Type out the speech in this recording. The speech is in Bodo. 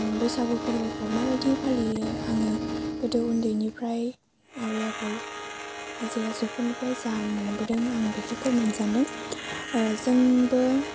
बैसागो फोरबोखौ मा बायदि फालियो आङो गोदो उन्दैनिफ्राय आबै आबौ आजै आजौफोरनिफ्राय जा मोनबोदों आं बेखौनो फोरमायनो सानदों जोंबो